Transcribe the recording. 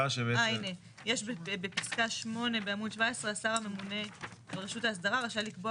יש בפסקה 8 בעמוד 17 "השר הממונה ברשות ההסדרה רשאי לקבוע